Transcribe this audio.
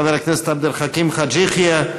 חבר הכנסת עבד אל חכים חאג' יחיא.